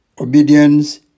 Obedience